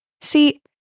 See